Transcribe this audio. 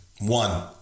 one